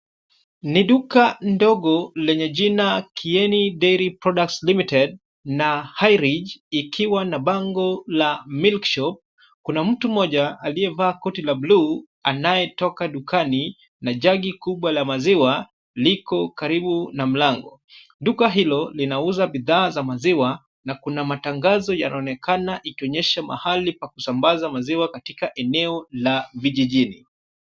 Ni duka ndogo lenye jina Kieni Deri Products Ltd na High Ridge ikiwa na bango la milk shop . Kuna mtu mmoja aliyevaa koti la bluu anayetoka dukani na jagi kubwa la maziwa, liko karibu na mlango. Duka hilo linauza bidhaa za maziwa na kuna matangazo yanaonekana ikionyesha mahali pa kusambaza maziwa katika eneo la vijijini.